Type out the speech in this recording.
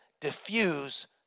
diffuse